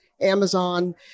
Amazon